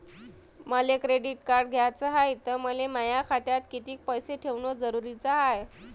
मले credit card घ्याचं हाय, त मले माया खात्यात कितीक पैसे ठेवणं जरुरीच हाय?